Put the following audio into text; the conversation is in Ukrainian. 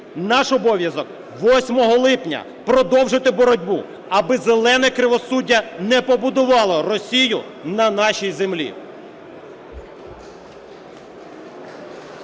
наш обов'язок 8 липня продовжити боротьбу, аби "зелене кривосуддя" не побудувало Росію на нашій землі.